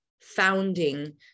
founding